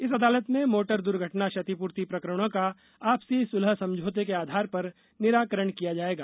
इस अदालत में मोटर दुर्घटना क्षतिपूर्ति प्रकरणों का आपसी सुलह समझौते के आधार पर निराकरण किया जाएगा